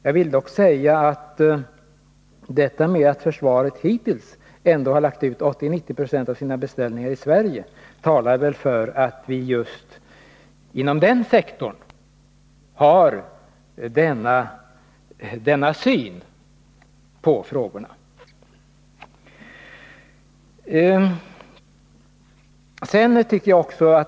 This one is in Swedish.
Jag vill emellertid poängtera att försvaret hittills ändå har lagt ut 80-90 26 av sina beställningar i Sverige, vilket jag tycker visar försvarets inställning till denna fråga.